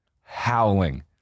Howling